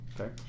Okay